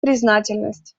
признательность